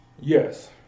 Yes